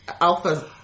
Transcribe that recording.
Alpha